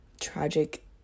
tragic